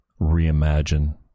reimagine